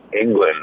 England